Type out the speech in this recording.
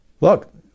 Look